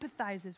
empathizes